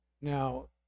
Now